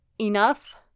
enough